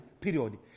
period